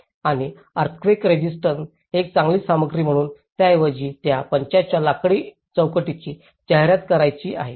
आणि earthquake resistant एक चांगली सामग्री म्हणून त्याऐवजी त्या पंचांच्या लाकडी चौकटीची जाहिरात करायची आहेत